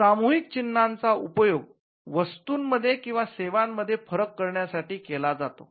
सामूहिक चिन्हांचा उपयोग वस्तूंमध्ये किंवा सेवांमध्ये फरक करण्यासाठी केला जातो